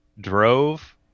drove